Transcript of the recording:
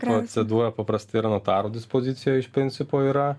procedūra paprastai yra notarų dispozicijoj iš principo yra